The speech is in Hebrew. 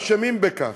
אשמים בכך.